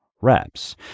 reps